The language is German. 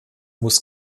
muss